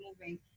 moving